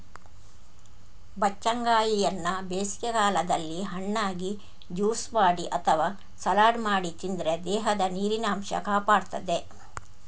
ಬಚ್ಚಂಗಾಯಿಯನ್ನ ಬೇಸಿಗೆ ಕಾಲದಲ್ಲಿ ಹಣ್ಣಾಗಿ, ಜ್ಯೂಸು ಮಾಡಿ ಅಥವಾ ಸಲಾಡ್ ಮಾಡಿ ತಿಂದ್ರೆ ದೇಹದ ನೀರಿನ ಅಂಶ ಕಾಪಾಡ್ತದೆ